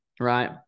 Right